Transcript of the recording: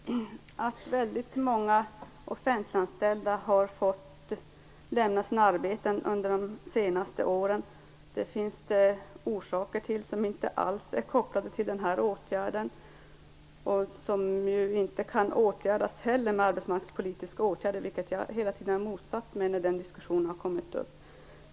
Fru talman! Att väldigt många offentliganställda har fått lämna sina arbeten under de senaste åren finns det orsaker till som inte alls är kopplade till den här åtgärden och som inte kan avhjälpas genom den här åtgärden. Sådana resonemang har jag hela tiden motsatt mig när den diskussionen kommit upp.